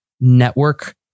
network